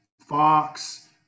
Fox